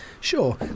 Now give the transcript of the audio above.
Sure